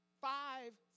Five